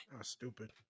Stupid